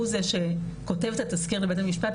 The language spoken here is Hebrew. שהוא זה שכותב את התזכיר לבית המשפט,